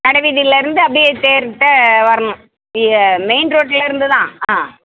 கடை வீதியிலேருந்து அப்படியே தேர்கிட்ட வரணும் இய மெயின் ரோட்லிருந்து தான் ஆ